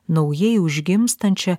naujai užgimstančią